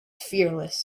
fearless